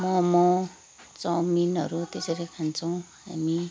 मोमो चाउमिनहरू त्यसरी खान्छौँ हामी